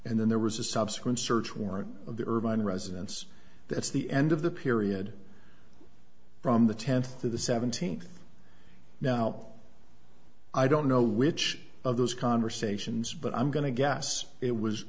and then there was a subsequent search warrant of the irvine residence that's the end of the period from the tenth to the seventeenth now i don't know which of those conversations but i'm going to guess it was